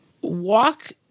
walk